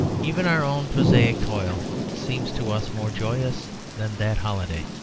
even our own prosaic toil seems to us more joyous than that holiday.